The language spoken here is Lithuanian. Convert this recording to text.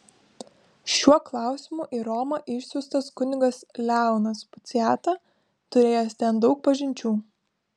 šiuo klausimu į romą išsiųstas kunigas leonas puciata turėjęs ten daug pažinčių